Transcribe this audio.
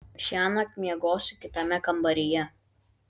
šiąnakt miegosiu kitame kambaryje